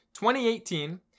2018